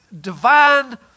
divine